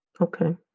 Okay